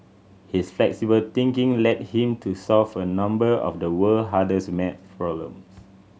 his flexible thinking led him to solve a number of the world hardest math problems